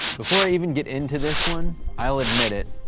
before i even get into this one, i'll admit it,